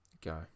Go